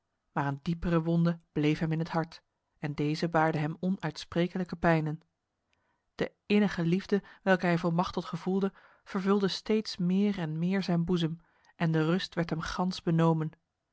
maar een diepere wonde bleef hem in het hart en deze baarde hem onuitsprekelijke pijnen de innige liefde welke hij voor machteld gevoelde vervulde steeds meer en meer zijn boezem en de rust werd hem gans benomen